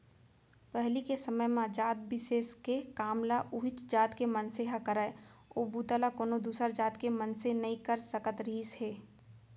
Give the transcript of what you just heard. पहिली के समे म जात बिसेस के काम ल उहींच जात के मनसे ह करय ओ बूता ल कोनो दूसर जात के मनसे नइ कर सकत रिहिस हे